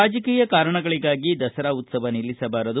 ರಾಜಕೀಯ ಕಾರಣಗಳಿಗಾಗಿ ದಸರಾ ಉತ್ತವವನ್ನು ನಿಲ್ಲಿಸಬಾರದು